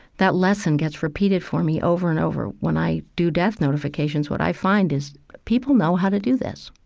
that lesson gets repeated for me over and over when i do death notifications. what i find is people know how to do this.